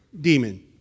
demon